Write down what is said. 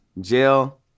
Jail